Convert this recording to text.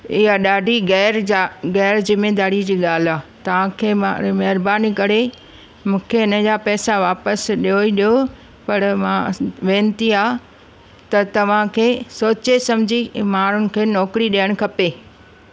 इहा ॾाढी ग़ैर जा ग़ैर ज़िमेदारीअ जी ॻाल्हि आहे तव्हांखे मां हाणे महिरबानी करे मूंखे इनजा पेसा वापसि ॾियो ई ॾियो पर मां अस वेनती आहे त तव्हांखे सोचे सम्झी माण्हुनि खे नौकरी ॾियणु खपे